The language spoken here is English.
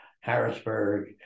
Harrisburg